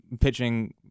pitching